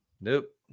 Nope